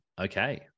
Okay